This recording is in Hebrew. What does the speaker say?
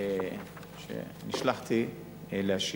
שנשלחתי להשיב.